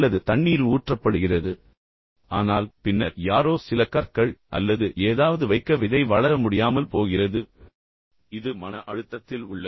அல்லது தண்ணீர் ஊற்றப்படுகிறது ஆனால் பின்னர் யாரோ சில கற்கள் அல்லது ஏதாவது வைக்க விதை வளர முடியாமல் போகிறது இது மன அழுத்தத்தில் உள்ளது